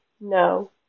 no